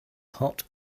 hot